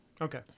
Okay